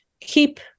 keep